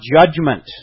judgment